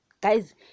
Guys